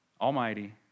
almighty